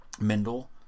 Mendel